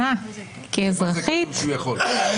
שמגנה על זכויות אדם?